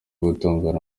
gutongana